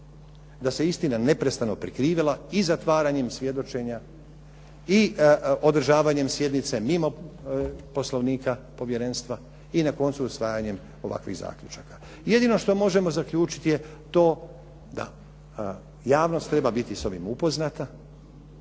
da se istina neprestano prikrivala i zatvaranjem svjedočenja i održavanjem sjednice mimo poslovnika Povjerenstva i na koncu usvajanjem ovakvih zaključaka. Jedino što možemo zaključiti je to da javnost treba biti s ovim upoznata